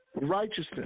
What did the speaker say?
righteousness